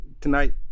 tonight